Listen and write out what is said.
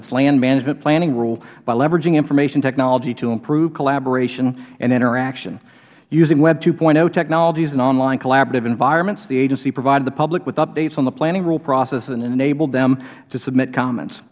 its land management planning rule by leveraging information technology to improve collaboration and interaction using web two technologies and online collaborative environments the agency provided the public with updates on the planning rule process and enabled them to submit comments